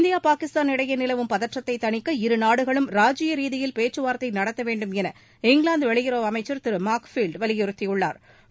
India Pakistan இடையே நிலவும் பதற்றத்தை தணிக்க இரு நாடுகளும் ராஜ்ஜிய ரீதியில் பேச்சுவார்த்தை நடத்த வேண்டும் என இங்கிலாந்து வெளியுறவு அமைச்சர் திரு மார்க் ஃபீல்ட் வலியுறுத்தியுள்ளாா்